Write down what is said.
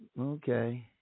Okay